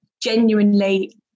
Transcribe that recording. Genuinely